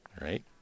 Right